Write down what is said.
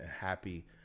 happy